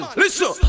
listen